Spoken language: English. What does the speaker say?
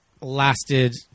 lasted